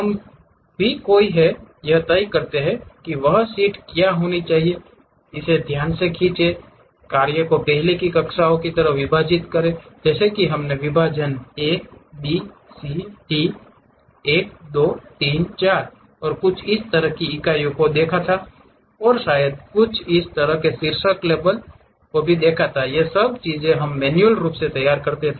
हम भी कोई हैं यह तय करते है कि वह शीट क्या होनी चाहिए इसे ध्यान से खींचें कार्य को पहले की कक्षाओं की तरह विभाजित करें जैसे कि हमने विभाजन a b c d 1 2 3 4 और कुछ इस तरह की इकाइयों को देखा है और शायद कुछ इस तरह शीर्षक लेबल ये सभी चीजें हम मैन्युअल रूप से तैयार कर रहे हैं